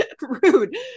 rude